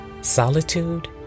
Solitude